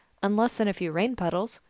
unless in a few rain-puddles.